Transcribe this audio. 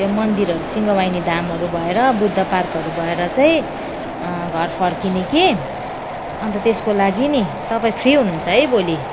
त्यो मन्दिरहरू सिंहवाहिनी धामहरू भएर बुद्ध पार्कहरू भएर चाहिँ घर फर्किने कि अनि त त्यसको लागि नि तपाईँ फ्री हुनुहुन्छ है भोलि